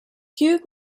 hough